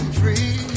free